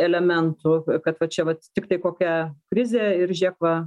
elementu kad va čia vat tiktai kokia krizė ir žiūrėk va